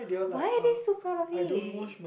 why are they so proud of it